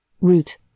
root